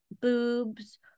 boobs